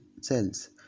cells